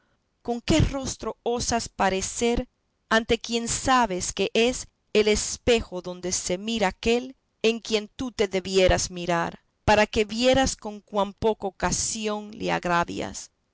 con qué rostro osas parecer ante quien sabes que es el espejo donde se mira aquel en quien tú te debieras mirar para que vieras con cuán poca ocasión le agravias